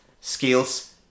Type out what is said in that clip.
skills